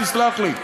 תסלח לי,